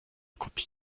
kopie